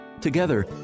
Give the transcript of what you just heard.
Together